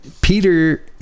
Peter